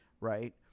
right